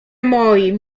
moim